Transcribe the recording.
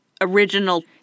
original